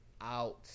out